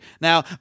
now